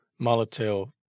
Molotov